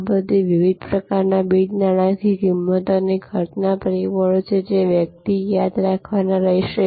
આ બધા વિવિધ પ્રકારના બિન નાણાકીય કિંમત અને ખર્ચના પરિબળો છે જે વ્યક્તિએ યાદ રાખવાના રહેશે